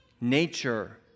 nature